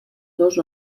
dos